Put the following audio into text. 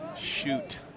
Shoot